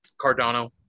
Cardano